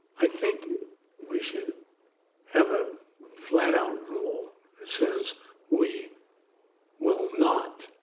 i think we should have a flat-out rule that says we will not